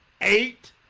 Eight